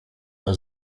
bei